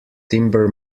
timber